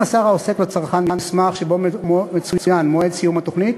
אם מסר העוסק לצרכן מסמך שבו מצוין מועד סיום התוכנית,